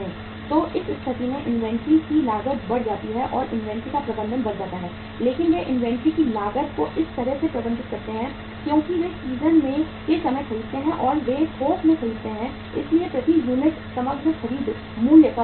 तो उस स्थिति में इन्वेंट्री की लागत बढ़ जाती है या इन्वेंट्री का प्रबंधन बढ़ जाता है लेकिन वे इन्वेंट्री की लागत को इस तरह से प्रबंधित करते हैं क्योंकि वे सीजन के समय में खरीदते हैं और वे थोक में खरीदते हैं इसलिए प्रति यूनिट समग्र खरीद मूल्य कम हो जाता है